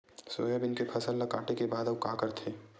Soybean के फसल ल काटे के बाद आऊ का करथे?